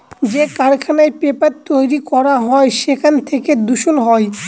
যে কারখানায় পেপার তৈরী করা হয় সেখান থেকে দূষণ হয়